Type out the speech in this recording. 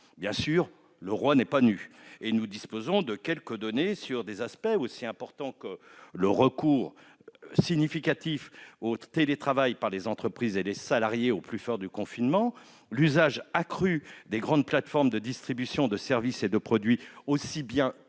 Bien sûr, le roi n'est pas nu, et nous disposons de quelques données sur des aspects aussi importants que le recours significatif au télétravail par les entreprises et les salariés au plus fort du confinement, l'usage accru des grandes plateformes de distribution de services et de produits, tant